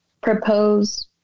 propose